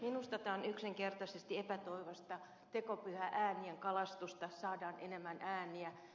minusta tämä on yksinkertaisesti epätoivoista tekopyhää äänien kalastusta saadaan enemmän ääniä